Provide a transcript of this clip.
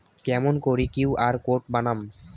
কেমন করি QR code বানাম?